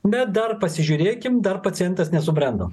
bet dar pasižiūrėkim dar pacientas nesubrendo